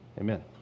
Amen